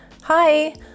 Hi